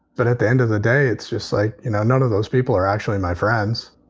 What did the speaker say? but at the end of the day, it's just like, you know, none of those people are actually my friends.